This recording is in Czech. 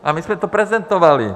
A my jsme to prezentovali.